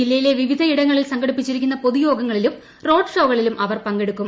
ജില്ലയിലെ വിവിധയിടങ്ങളിൽ സംഘടിപ്പിച്ചിരിക്കുന്ന പൊതുയോഗങ്ങളിലും റോഡ് ഷോകളിലും അവർ പങ്കെടുക്കും